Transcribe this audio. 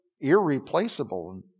irreplaceable